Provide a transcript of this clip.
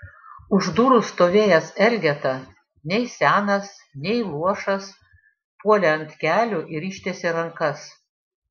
už durų stovėjęs elgeta nei senas nei luošas puolė ant kelių ir ištiesė rankas